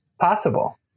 possible